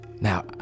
Now